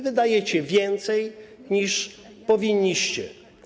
Wydajecie więcej, niż powinniście.